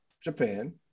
Japan